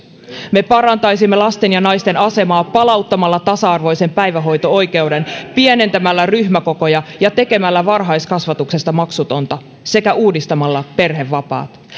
me parantaisimme lasten ja naisten asemaa palauttamalla tasa arvoisen päivähoito oikeuden pienentämällä ryhmäkokoja ja tekemällä varhaiskasvatuksesta maksutonta sekä uudistamalla perhevapaat